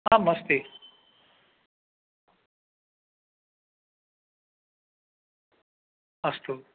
आम् अस्ति अस्तु